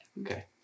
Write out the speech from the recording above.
Okay